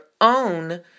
own